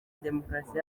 demokarasi